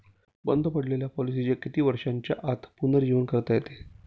बंद पडलेल्या पॉलिसीचे किती वर्षांच्या आत पुनरुज्जीवन करता येते?